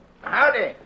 Howdy